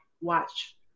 watch